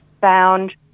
found